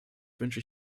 wünsche